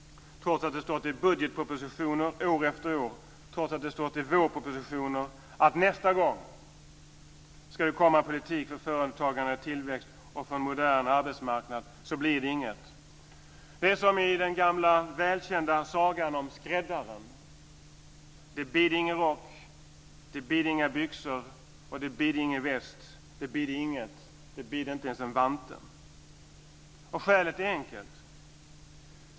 Trots att det stått i budgetpropositioner år efter år och trots att det stått i vårpropositioner att nästa gång ska det komma en politik för företagande och tillväxt och för en modern arbetsmarknad så blir det inget. Det är som i den gamla välkända sagan om skräddaren. Det bidde ingen rock, det bidde inga byxor och det bidde ingen väst. Det bidde inget. Det bidde inte ens en vante. Skälet är enkelt.